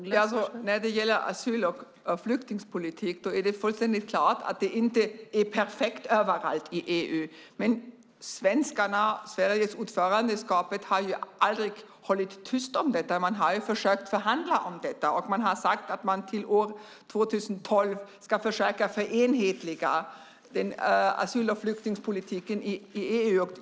Fru talman! När det gäller asyl och flyktingpolitik är det fullständigt klart att det inte är perfekt överallt i EU. Men det svenska ordförandeskapet har aldrig hållit tyst om detta. Man har ju försökt förhandla om detta, och man har sagt att man till år 2012 ska försöka förenhetliga asyl och flyktingpolitiken i EU.